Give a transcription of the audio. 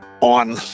on